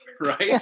right